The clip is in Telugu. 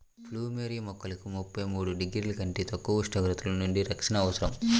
ప్లూమెరియా మొక్కలకు ముప్పై మూడు డిగ్రీల కంటే తక్కువ ఉష్ణోగ్రతల నుండి రక్షణ అవసరం